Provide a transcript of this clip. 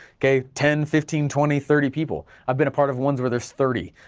okay, ten, fifteen, twenty, thirty people, i've been a part of ones where there's thirty